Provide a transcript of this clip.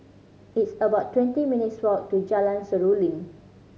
it's about twenty minutes' walk to Jalan Seruling